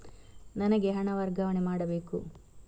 ನನಗೆ ಹಣ ವರ್ಗಾವಣೆ ಮಾಡಬೇಕು